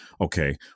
okay